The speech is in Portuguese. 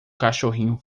cachorrinho